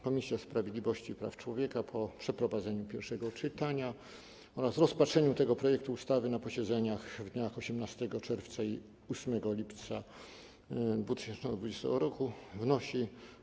Komisja Sprawiedliwości i Praw Człowieka po przeprowadzeniu pierwszego czytania oraz rozpatrzeniu tego projektu ustawy na posiedzeniach w dniach 18 czerwca i 8 lipca 2020 r. wnosi: